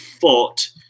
fought